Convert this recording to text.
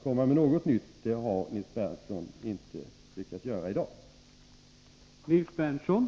Nils Berndtson har i dag inte lyckats komma med något nytt.